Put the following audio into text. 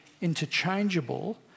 interchangeable